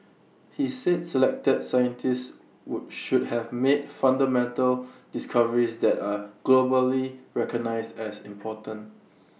he said selected scientists would should have made fundamental discoveries that are globally recognised as important